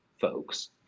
folks